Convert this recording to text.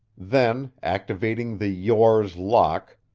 then, activating the yore's lock,